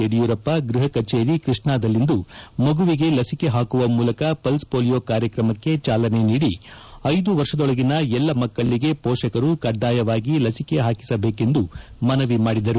ಯಡಿಯೂರಪ್ಪ ಅವರು ಗೃಪ ಕಚೇರಿ ಕೃಷ್ಣಾದಲ್ಲಿಂದು ಮಗುವಿಗೆ ಲಿಸಿಕೆ ಹಾಕುವ ಮೂಲಕ ಪಲ್ಲ್ ಹೊಲಿಯೋ ಕಾರ್ಯಕ್ರಮಕ್ಕೆ ಚಾಲನೆ ನೀಡಿ ಐದು ವರ್ಷದೊಳಗಿನ ಎಲ್ಲಾ ಮಕ್ಕಳಗೆ ಪೋಷಕರು ಕಡ್ಡಾಯವಾಗಿ ಲಸಿಕೆ ಹಾಕಿಸಬೇಕೆಂದು ಮನವಿ ಮಾಡಿದರು